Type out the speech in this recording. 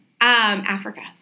Africa